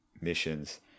missions